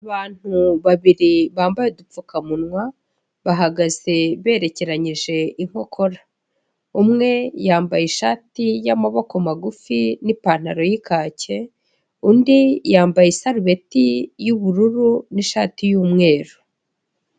Abantu babiri bambaye udupfukamunwa bahagaze berekeranyije inkokora umwe yambaye ishati y'amaboko magufi n'ipantaro yikake undi yambaye isalubetti y'ubururu n'ishati y'umweru.